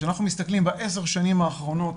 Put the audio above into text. כשאנחנו מסתכלים בעשר השנים האחרונות,